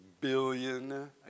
billion